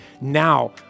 Now